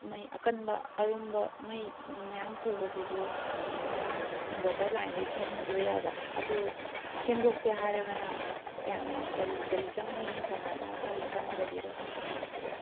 ꯃꯩ ꯑꯀꯟꯕ ꯑꯔꯨꯝꯕ ꯃꯩ ꯃꯌꯥꯝ ꯄꯨꯕꯁꯤꯁꯨ ꯑꯗꯨꯝ ꯏꯟꯚꯔꯇꯔ ꯂꯥꯏꯟꯗꯒꯤ ꯆꯤꯡꯍꯟꯗꯣꯏꯔꯥꯕ ꯑꯗꯨ ꯁꯦꯝꯗꯣꯛꯁꯦ ꯍꯥꯏꯔꯒꯅ ꯀꯌꯥꯝꯃꯨꯛ ꯀꯔꯤ ꯀꯔꯤ ꯆꯪꯅꯤ ꯀꯃꯥꯏꯅ ꯀꯔꯤ ꯆꯪꯒꯗꯒꯦꯗꯣ ꯍꯥꯏꯐꯦꯠꯇ ꯍꯥꯏꯕꯤꯔꯛꯑꯣ